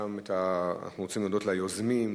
ואנחנו רוצים להודות ליוזמים,